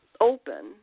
open